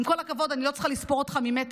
עם כל הכבוד, אני לא צריכה לספור אותך ממטר.